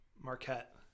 Marquette